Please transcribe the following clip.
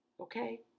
Okay